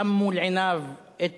שם מול עיניו את